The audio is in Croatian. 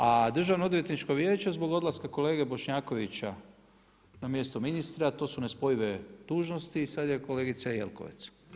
A Državnoodvjetničko vijeće zbog odlaska kolege Bošnjakovića na mjesto ministra to su nespojive dužnosti i sada je kolegica Jelkovac.